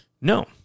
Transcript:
No